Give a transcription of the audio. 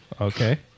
Okay